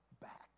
back